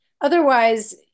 Otherwise